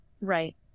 Right